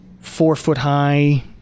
four-foot-high